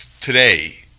today